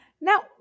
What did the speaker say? Now